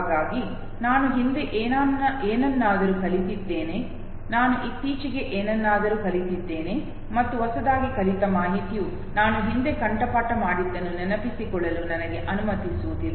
ಹಾಗಾಗಿ ನಾನು ಹಿಂದೆ ಏನನ್ನಾದರೂ ಕಲಿತಿದ್ದೇನೆ ನಾನು ಇತ್ತೀಚೆಗೆ ಏನನ್ನಾದರೂ ಕಲಿತಿದ್ದೇನೆ ಮತ್ತು ಹೊಸದಾಗಿ ಕಲಿತ ಮಾಹಿತಿಯು ನಾನು ಹಿಂದೆ ಕಂಠಪಾಠ ಮಾಡಿದ್ದನ್ನು ನೆನಪಿಸಿಕೊಳ್ಳಲು ನನಗೆ ಅನುಮತಿಸುವುದಿಲ್ಲ